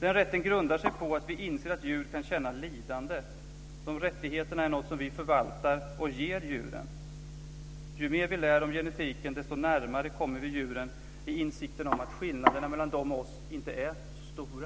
Den rätten grundar sig på att vi inser att djur kan känna lidande. De rättigheterna är någonting som vi förvaltar och ger djuren. Ju mer vi lär om genetiken, desto närmare kommer vi djuren i insikten om att skillnaderna mellan dem och oss inte är så stora.